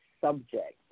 subject